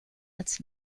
als